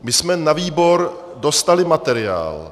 My jsme na výbor dostali materiál.